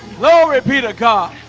no repeater god